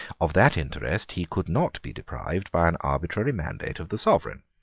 of that interest he could not be deprived by an arbitrary mandate of the sovereign.